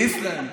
באיסלנד.